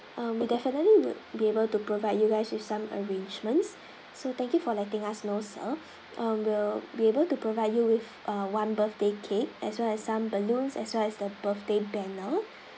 um we definitely would be able to provide you guys with some arrangements so thank you for letting us know sir mm will be able to provide you with a one birthday cake as well as some balloons as well as the birthday banner